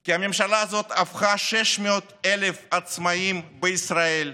כי הממשלה הזאת הפכה 600,000 עצמאים בישראל,